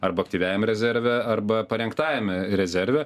arba aktyviajam rezerve arba parengtajam rezerve